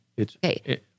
Okay